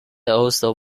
also